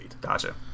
Gotcha